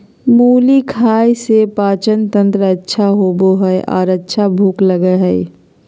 मुली खाय से पाचनतंत्र अच्छा होबय हइ आर अच्छा भूख लगय हइ